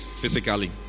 physically